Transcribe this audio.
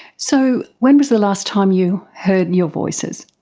so when was the last time you heard your voices?